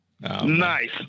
Nice